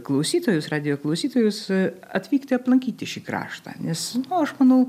klausytojus radijo klausytojus atvykti aplankyti šį kraštą nes nu aš manau